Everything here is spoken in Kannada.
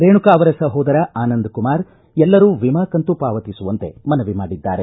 ರೇಣುಕಾ ಅವರ ಸಹೋದರ ಆನಂದಕುಮಾರ ಎಲ್ಲರೂ ವಿಮಾ ಕಂತು ಪಾವತಿಸುವಂತೆ ಮನವಿ ಮಾಡಿದ್ದಾರೆ